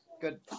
Good